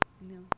No